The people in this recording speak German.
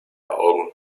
augen